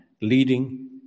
leading